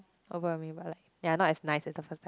overwhelming but like ya not as nice as the first time